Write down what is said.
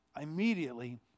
immediately